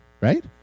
right